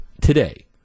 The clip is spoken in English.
today